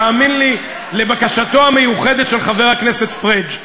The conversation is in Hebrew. תאמין לי, לבקשתו המיוחדת של חבר הכנסת פריג'.